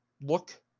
look